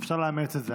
אפשר לאמץ את זה.